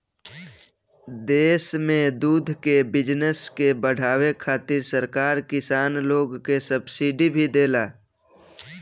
देश में दूध के बिजनस के बाढ़ावे खातिर सरकार किसान लोग के सब्सिडी भी देला